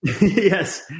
Yes